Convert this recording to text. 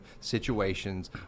situations